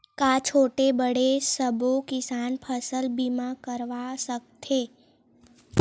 का छोटे बड़े सबो किसान फसल बीमा करवा सकथे?